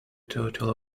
total